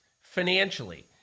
financially